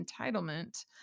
entitlement